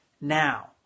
now